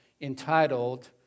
entitled